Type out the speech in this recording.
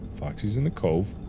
foxy's in the cove